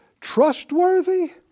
Trustworthy